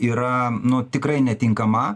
yra nu tikrai netinkama